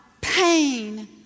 pain